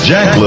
Jack